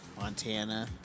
Montana